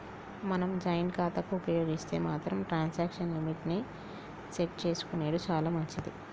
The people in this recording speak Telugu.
మనం జాయింట్ ఖాతాను ఉపయోగిస్తే మాత్రం ట్రాన్సాక్షన్ లిమిట్ ని సెట్ చేసుకునెడు చాలా మంచిది